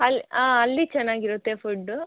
ಅಲ್ಲಿ ಹಾಂ ಅಲ್ಲಿ ಚೆನ್ನಾಗಿರುತ್ತೆ ಫುಡ್ಡು